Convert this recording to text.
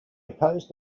opposed